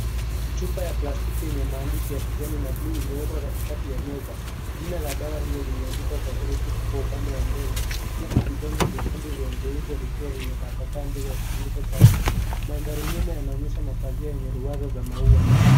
Chupa ya plastiki yenye maandishi ya kijani na buluu imewekwa katikati ya meza. Jina la dawa hio limeandikwa kwa herufi kubwa upande wa mbele huku vidonge vyekundu vya mviringo vikiwa vimetapakaa mbele ya kifuniko chake. Mandharinyuma yanaonyesha mapazia yenye ruwaza za maua.